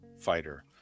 fighter